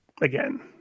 again